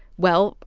well,